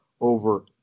over